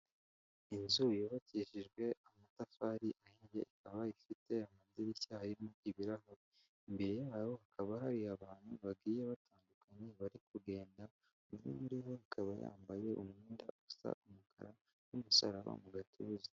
Inzu yubakishijwe amatafari ahiye, ikaba ifite amadirishya arimo ibirahure, imbere yayo hakaba hari abantu bagiye batandukanye bari kugenda, umwe muri bo akaba yambaye umwenda usa umukara n'umusaraba mu gatuza.